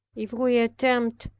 if we attempt,